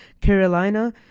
Carolina